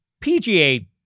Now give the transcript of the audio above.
PGA